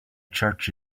church